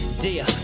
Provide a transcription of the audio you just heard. Dear